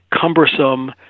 cumbersome